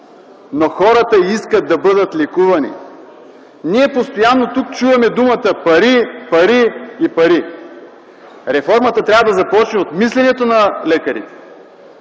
но хората искат да бъдат лекувани. Ние тук постоянно чуваме думата пари, пари и пари. Реформата трябва да започне от мисленето на лекарите,